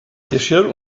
geschirr